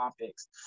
topics